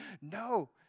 No